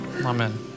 Amen